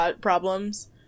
problems